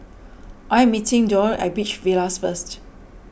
I am meeting Doyle at Beach Villas first